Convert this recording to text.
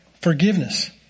forgiveness